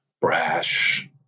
brash